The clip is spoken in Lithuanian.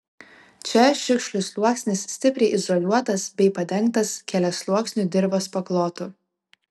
čia šiukšlių sluoksnis stipriai izoliuotas bei padengtas keliasluoksniu dirvos paklotu